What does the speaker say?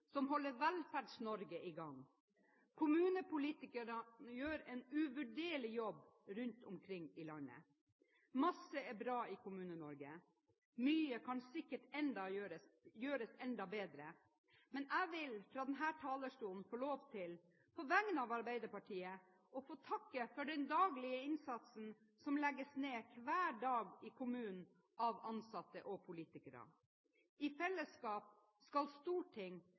som holder Velferds-Norge i gang. Kommunepolitikerne gjør en uvurderlig jobb rundt omkring i landet. Masse er bra i Kommune-Norge. Mye kan sikkert gjøres enda bedre, men jeg vil fra denne talerstolen få lov til, på vegne av Arbeiderpartiet, å få takke for den innsatsen som legges ned hver dag i kommunen av ansatte og politikere. I fellesskap skal storting,